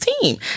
team